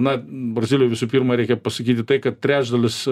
na brazilijoj visų pirma reikia pasakyti tai kad trečdalis